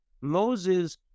Moses